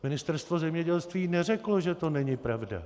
Ministerstvo zemědělství neřeklo, že to není pravda.